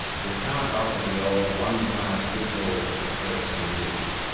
you can't offer the old one-size-fits-all approach to news.